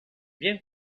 bien